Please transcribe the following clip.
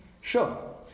Sure